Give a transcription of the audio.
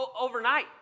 overnight